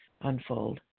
unfold